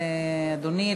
אדוני,